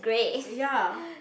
ya